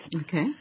Okay